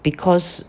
because